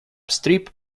strip